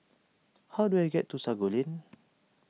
how do I get to Sago Lane